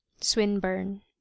Swinburne